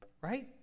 Right